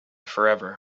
forever